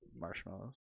marshmallows